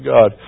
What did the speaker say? God